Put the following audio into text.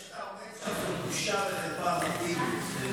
זה שאתה עומד שם זה בושה וחרפה, מר טיבי.